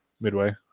midway